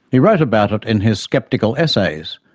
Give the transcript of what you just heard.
he wrote about it in his sceptical essays,